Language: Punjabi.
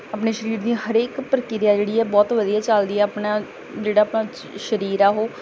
ਆਪਣੇ ਸਰੀਰ ਦੀ ਹਰੇਕ ਪ੍ਰਕਿਰਿਆ ਜਿਹੜੀ ਹੈ ਬਹੁਤ ਵਧੀਆ ਚਲਦੀ ਹੈ ਆਪਣਾ ਜਿਹੜਾ ਆਪਣਾ ਸਰੀਰ ਆ ਉਹ